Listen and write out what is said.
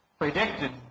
predicted